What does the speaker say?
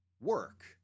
work